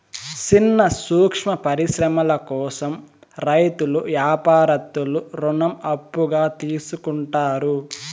సిన్న సూక్ష్మ పరిశ్రమల కోసం రైతులు యాపారత్తులు రుణం అప్పుగా తీసుకుంటారు